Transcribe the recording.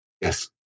Yes